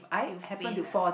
you faint ah